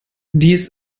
dies